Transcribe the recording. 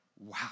wow